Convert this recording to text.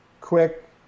quick